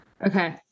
okay